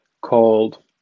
called